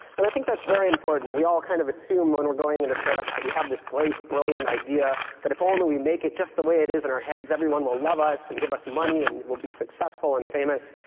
and i think that's very important. we all kind of assume when we're going into and startups that we have this great, brilliant idea that if only and we make it just the way it is in our heads, everyone will love us and give us money. and we'll be successful and famous.